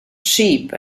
sheep